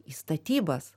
į statybas